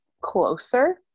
closer